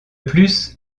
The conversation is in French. plus